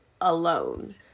alone